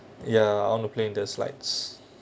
ya on the plane the slides